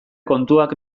kontuak